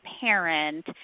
parent